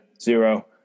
zero